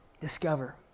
Discover